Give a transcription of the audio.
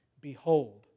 Behold